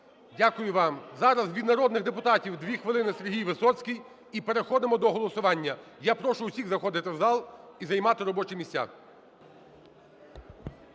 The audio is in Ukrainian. Дякую вам. Зараз від народних депутатів, дві хвилини, Сергій Висоцький, і переходимо до голосування. Я прошу усіх заходити в зал і займати робочі місця.